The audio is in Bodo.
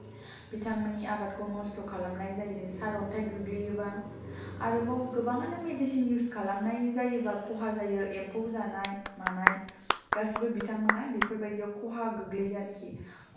बिथांमोननि आबादखौ नस्ट खालामनाय जायो सार अनथाय गोग्लैयोबा आरोबाव गोबाङानो मिडिसिन इउस खालामनाय जायोबा खहा जायो एम्फौ जानाय मानाय गासिबो बिथांमोनहा बिफोर बायदियाव खहा गोग्लैयो आरिखि